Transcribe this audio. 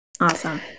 Awesome